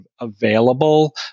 available